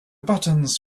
buttons